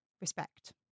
respect